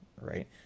right